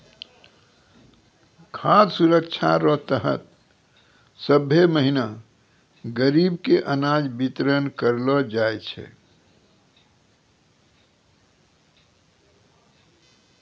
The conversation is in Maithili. खाद सुरक्षा रो तहत सभ्भे महीना गरीब के अनाज बितरन करलो जाय छै